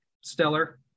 stellar